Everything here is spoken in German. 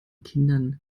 kindern